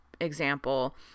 example